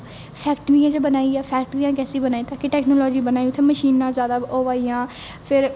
फैक्टरियें च बना दी ओह् फैक्टरियां कैसी बना दी ताकि टेक्नोलाॅजी बना दी उत्थै मशीनां ना ज्यादा होवा दियां फिर